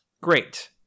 great